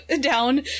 down